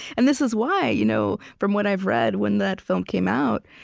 and this is why, you know from what i've read, when that film came out,